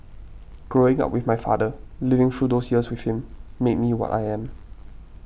growing up with my father living through those years with him made me what I am